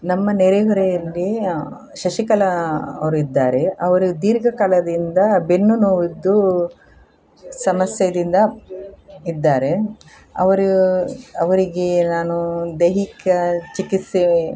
ನಮ್ಮ ನೆರೆಹೊರೆಯಲ್ಲಿ ಶಶಿಕಲಾ ಅವರಿದ್ದಾರೆ ಅವರು ದೀರ್ಘಕಾಲದಿಂದ ಬೆನ್ನು ನೋವಿಂದು ಸಮಸ್ಯೆಯಿಂದ ಇದ್ದಾರೆ ಅವರು ಅವರಿಗೆ ನಾನು ದೈಹಿಕ ಚಿಕಿತ್ಸೆ